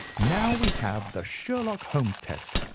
now we have the sherlock holmes' test,